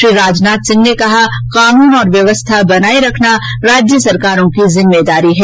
श्री राजनाथ सिंह ने कहा कानून और व्यवस्था बनाए रखना राज्य सरकारों की जिम्मेदारी है